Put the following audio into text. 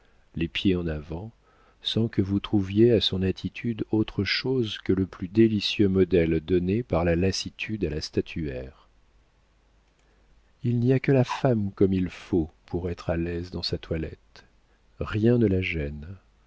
les pieds en avant sans que vous trouviez à son attitude autre chose que le plus délicieux modèle donné par la lassitude à la statuaire il n'y a que la femme comme il faut pour être à l'aise dans sa toilette rien ne la gêne